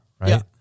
right